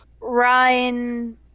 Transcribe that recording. Ryan